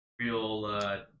real